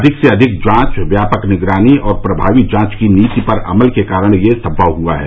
अधिक से अधिक जांच व्यापक निगरानी और प्रभावी जांच की नीति पर अमल के कारण यह संभव हुआ है